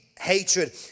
Hatred